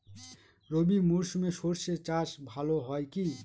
রবি মরশুমে সর্ষে চাস ভালো হয় কি?